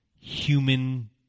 human